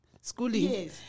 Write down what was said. schooling